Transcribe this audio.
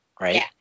right